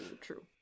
True